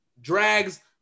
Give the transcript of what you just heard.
drags